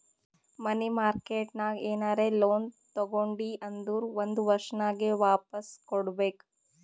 ಮನಿ market ನಾಗ್ ಏನರೆ loan ತಗೊಂಡಿ ಅಂದುರ್ ಒಂದ್ ವರ್ಷನಾಗೆ ವಾಪಾಸ್ ಕೊಡ್ಬೇಕ್